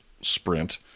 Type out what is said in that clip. sprint